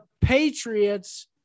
Patriots